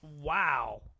Wow